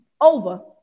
over